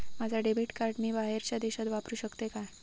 माझा debit card मी बाहेरच्या देशात वापरू शकतय काय?